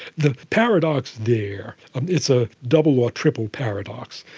the paradox there, and it's a double or triple paradox,